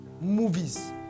movies